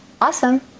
Awesome